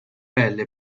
pelle